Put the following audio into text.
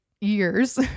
years